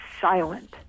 silent